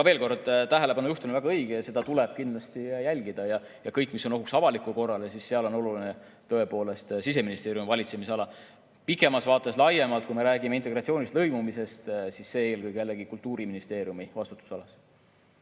veel kord: tähelepanu juhtimine on väga õige ja seda tuleb kindlasti jälgida. Ja kõik, mis on ohuks avalikule korrale, on tõepoolest Siseministeeriumi valitsemisalas. Pikemas vaates, laiemalt, kui me räägime integratsioonist ja lõimumisest, siis see on eelkõige jällegi Kultuuriministeeriumi vastutusalas.